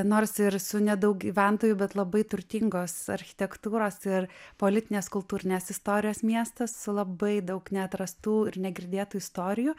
nors ir su nedaug gyventojų bet labai turtingos architektūros ir politinės kultūrinės istorijos miestas su labai daug neatrastų ir negirdėtų istorijų